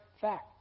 fact